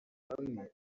bamwe